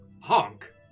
Honk